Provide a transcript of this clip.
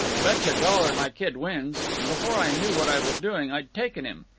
betcha a dollar my kid wins and before i knew what i was doing i'd taken him.